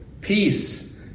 peace